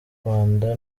rwanda